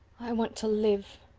i want to live,